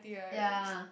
ya